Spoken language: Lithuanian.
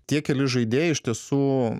tie keli žaidėjai iš tiesų